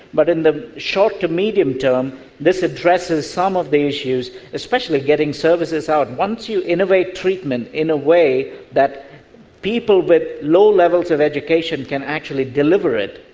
but in the short to medium term this addresses some of the issues, especially getting services out. once you innovate treatment in a way that people with low levels of education can actually deliver it,